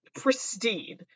pristine